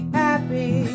happy